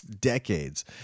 decades